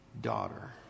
daughter